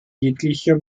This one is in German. jeglicher